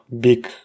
big